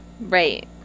Right